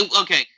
okay